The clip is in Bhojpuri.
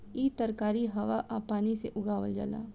इ तरकारी हवा आ पानी से उगावल जाला